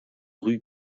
rue